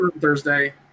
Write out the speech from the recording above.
Thursday